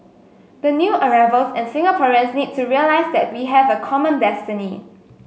the new arrivals and Singaporeans need to realize that we have a common destiny